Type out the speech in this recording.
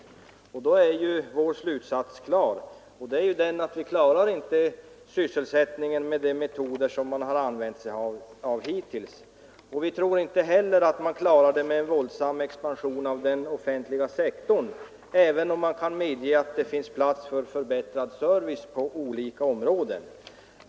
Men då är vår slutsats klar: Vi klarar inte sysselsättningen med de metoder som man har använt sig av hittills. Vi tror inte heller att man klarar den med en våldsam expansion inom den offentliga sektorn, även om vi kan medge att det finns plats för förbättrad service på olika områden.